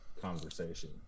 conversation